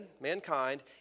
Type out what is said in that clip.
mankind